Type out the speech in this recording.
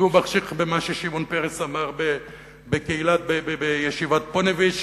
והוא מחשיך במה ששמעון פרס אמר בישיבת "פוניבז'",